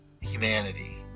humanity